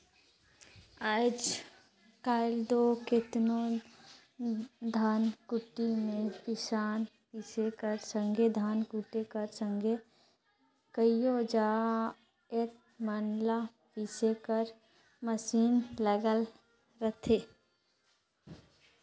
आएज काएल दो केतनो धनकुट्टी में पिसान पीसे कर संघे धान कूटे कर संघे कइयो जाएत मन ल पीसे कर मसीन लगल रहथे